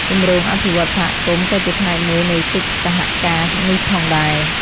គម្រោងអភិវឌ្ឍន៍សហគមន៍ក៏ជាផ្នែកមួយនៃកិច្ចសហការនេះផងដែរ។